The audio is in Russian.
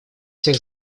всех